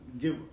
give